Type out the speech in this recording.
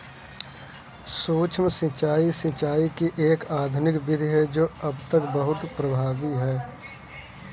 सूक्ष्म सिंचाई, सिंचाई की एक आधुनिक विधि है जो अब तक बहुत प्रभावी है